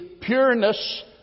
pureness